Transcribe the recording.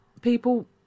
people